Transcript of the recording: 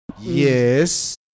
Yes